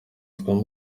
sports